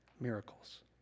miracles